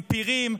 עם פירים,